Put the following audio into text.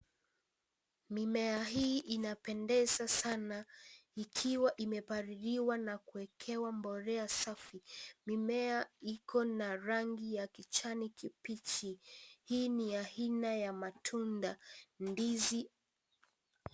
Mimea hii inapendeza sana ikiwa imepaliliwa na kuekewa mbolea safi, mimea iko na rangi ya kijani kibichi, hii ni aina ya matunda, ndizi.